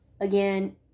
again